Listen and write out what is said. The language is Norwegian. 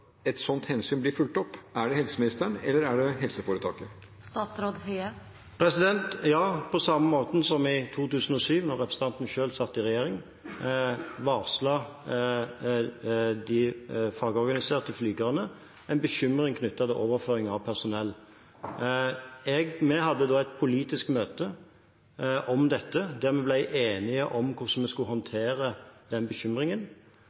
et sånt hensyn blir fulgt opp? Er det helseministeren, eller er det helseforetaket? På samme måten som i 2007, da representanten selv satt i regjering, varslet de fagorganiserte flygerne en bekymring knyttet til overføring av personell. Vi hadde da et politisk møte om dette, der vi ble enige om hvordan vi skulle håndtere den bekymringen.